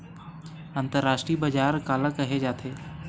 अंतरराष्ट्रीय बजार काला कहे जाथे?